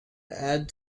add